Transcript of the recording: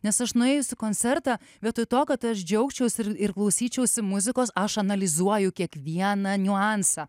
nes aš nuėjus į koncertą vietoj to kad aš džiaugčiaus ir ir klausyčiausi muzikos aš analizuoju kiekvieną niuansą